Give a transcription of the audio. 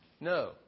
No